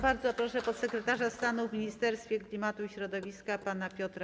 Bardzo proszę podsekretarza stanu w Ministerstwie Klimatu i Środowiska pana Piotra